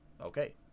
okay